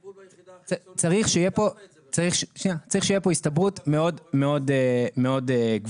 צריך שיהיה פה הסתברות מאוד מאוד גבוהה.